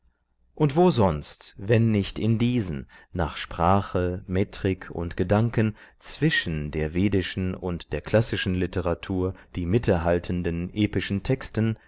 und wo sonst wenn nicht in diesen nach sprache metrik und gedanken zwischen der vedischen und der klassischen literatur die mitte haltenden epischen texten